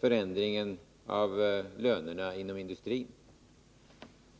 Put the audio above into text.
förändringen av lönerna inom industrin.